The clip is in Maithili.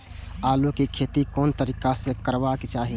आलु के खेती कोन तरीका से करबाक चाही?